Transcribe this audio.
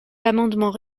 l’amendement